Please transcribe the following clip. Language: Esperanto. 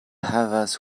havas